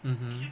mmhmm